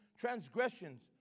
transgressions